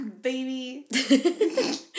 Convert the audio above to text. baby